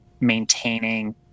maintaining